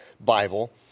Bible